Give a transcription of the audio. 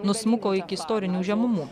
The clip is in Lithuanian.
nusmuko iki istorinių žemumų